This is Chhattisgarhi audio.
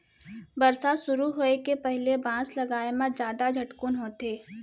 बरसा सुरू होए के पहिली बांस लगाए म जादा झटकुन होथे